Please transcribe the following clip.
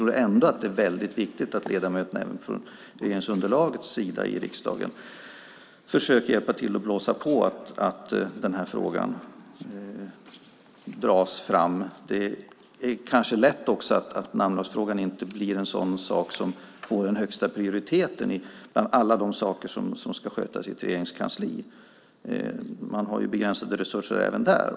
Det är väldigt viktigt att ledamöterna även från regeringsunderlagets sida försöker blåsa på, så att den här frågan dras fram. Det är också lätt att namnlagsfrågan blir en fråga som inte får högsta prioritet bland alla de saker som ska skötas i ett regeringskansli. Man har ju begränsade resurser även där.